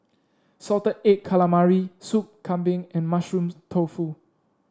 Salted Egg Calamari Sup Kambing and Mushroom Tofu